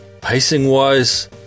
pacing-wise